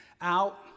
out